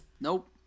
Nope